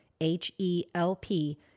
H-E-L-P